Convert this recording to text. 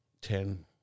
Ten